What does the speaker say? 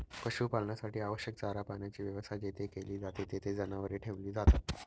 पशुपालनासाठी आवश्यक चारा पाण्याची व्यवस्था जेथे केली जाते, तेथे जनावरे ठेवली जातात